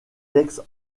textes